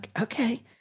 Okay